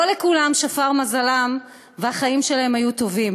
לא כולם שפר מזלם והחיים שלהם היו טובים.